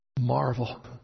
Marvel